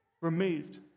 removed